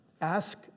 Ask